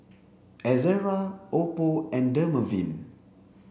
Ezerra Oppo and Dermaveen